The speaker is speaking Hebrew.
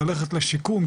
ללכת לשיקום,